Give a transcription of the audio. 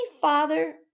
father